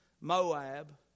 Moab